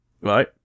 right